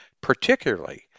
particularly